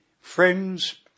Friends